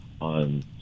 on